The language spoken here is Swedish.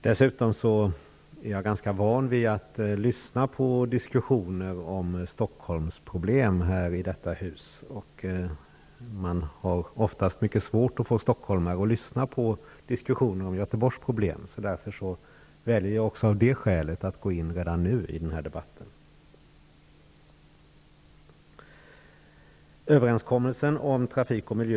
Jag är i detta hus ganska van vid att lyssna på diskussioner om Stockholmsproblem. Oftast har man mycket svårt att få stockholmare att ta del av diskussioner som rör Göteborgs problem. Även av det skälet väljer jag att redan nu gå in i debatten.